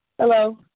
Hello